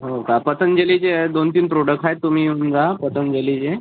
हो का पतंजलीचे दोन तीन प्रोडक्ट आहेत तुम्ही येऊन जा पतंजलीचे